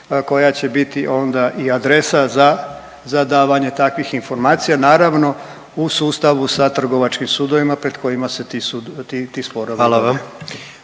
koja će biti onda i adresa za, za davanje takvih informacija, naravno u sustavu sa trgovačkim sudovima pred kojima se ti sporovi odvijaju.